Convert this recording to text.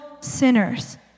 sinners